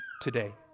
today